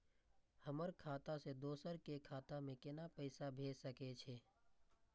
हमर खाता से दोसर के खाता में केना पैसा भेज सके छे?